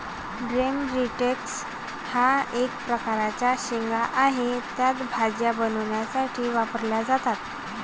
drum sticks हा एक प्रकारचा शेंगा आहे, त्या भाज्या बनवण्यासाठी वापरल्या जातात